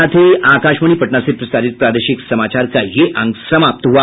इसके साथ ही आकाशवाणी पटना से प्रसारित प्रादेशिक समाचार का ये अंक समाप्त हुआ